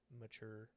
mature